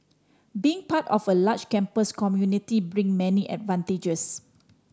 being part of a large campus community bring many advantages